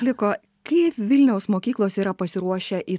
liko kaip vilniaus mokyklos yra pasiruošę į